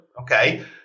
Okay